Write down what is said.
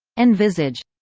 envisage.